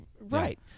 Right